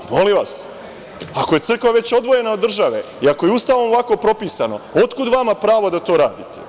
Ako je crkva već odvojena od države i ako je Ustavom ovako propisano, otkud vama pravo da to radite?